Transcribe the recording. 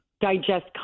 digest